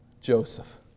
Joseph